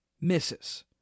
misses